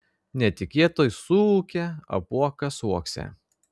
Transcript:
netikėtai suūkia apuokas uokse